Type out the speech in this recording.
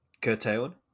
curtailed